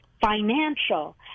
financial